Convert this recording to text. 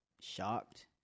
shocked